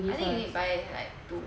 I think you need to buy like two